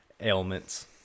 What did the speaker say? ailments